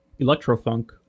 Electrofunk